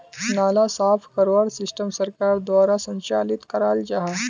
नाला साफ करवार सिस्टम सरकार द्वारा संचालित कराल जहा?